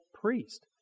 priest